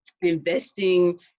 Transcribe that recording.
investing